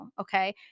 okay